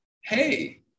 hey